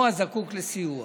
או הזקוק לסיוע.